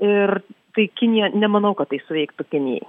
ir tai kinija nemanau kad tai suveiktų kinijai